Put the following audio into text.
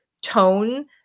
tone